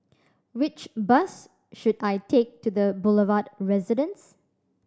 which bus should I take to The Boulevard Residence